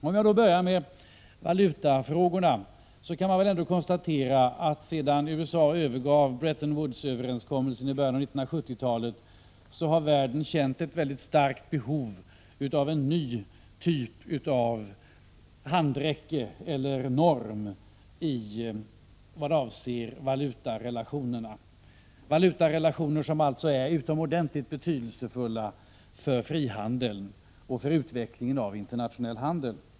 För att börja med valutafrågorna, kan man väl konstatera att sedan USA övergav Bretton Woods-överenskommelsen i början av 1970-talet har världen känt ett starkt behov av en ny typ av ”handräcke” eller norm i vad avser valutarelationerna — valutarelationer som är utomordentligt betydelsefulla för frihandeln och för utvecklingen av internationell handel.